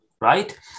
right